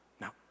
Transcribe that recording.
Now